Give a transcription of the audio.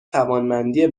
توانمندی